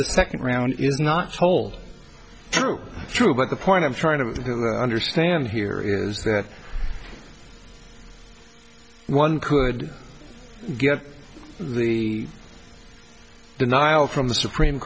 the second round is not sole true true but the point i'm trying to understand here is that one could get the denial from the supreme